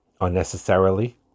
unnecessarily